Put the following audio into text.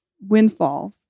windfall